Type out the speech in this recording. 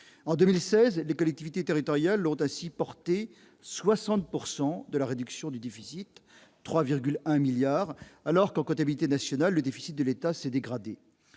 en 2016, les collectivités territoriales ont ainsi porté 60 pourcent de de la réduction du déficit 3,1 milliards alors qu'en comptabilité nationale, le déficit de l'État s'est dégradé